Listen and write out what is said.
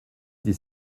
des